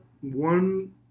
one